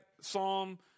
Psalm